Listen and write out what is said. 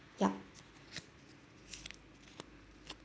yup